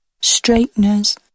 straighteners